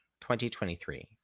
2023